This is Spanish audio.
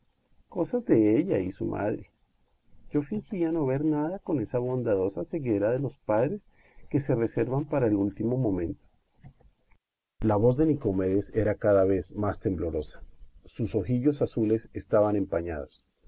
cosas de ella y su madre yo fingía no ver nada con esa bondadosa ceguera de los padres que se reservan para el último momento pero señor cuán felices éramos la voz de nicomedes era cada vez más temblorosa sus ojillos azules estaban empañados